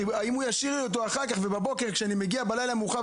אם הוא ישאיר לי אותו שאראה כשאני מגיע הביתה בלילה מאוחר,